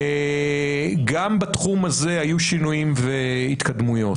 גם בתחום הזה היו שינויים והתקדמויות.